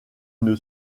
une